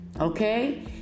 Okay